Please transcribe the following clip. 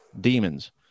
demons